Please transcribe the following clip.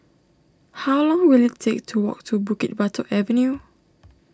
how long will it take to walk to Bukit Batok Avenue